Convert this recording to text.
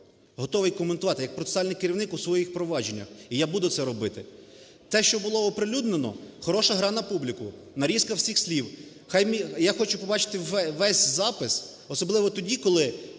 готовий коментувати, як процесуальний керівник у своїх провадженнях. І я буду це робити. Те, що було оприлюднено, хороша гра на публіку, нарізка всіх слів. Я хочу побачити весь запис, особливо тоді, коли